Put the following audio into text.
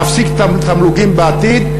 להפסיק את התמלוגים בעתיד.